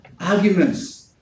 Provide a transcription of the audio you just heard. arguments